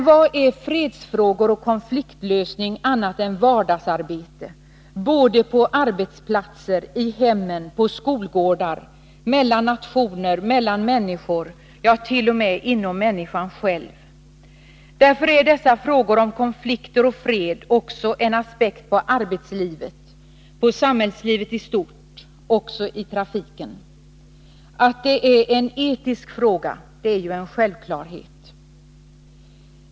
Vad är fredsfrågor och konfliktslösning annat än vardagsarbete både på arbetsplatser, i hemmen, på skolgårdar, mellan nationer, mellan människor, ja, t.o.m. inom människan själv? Därför innehåller dessa frågor om 197 konflikter och fred också något som kan ses som en aspekt på arbetslivet, på samhällslivet i stort — också i fråga om trafiken. Att det handlar om en etisk fråga är en självklarhet.